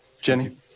Jenny